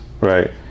Right